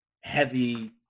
heavy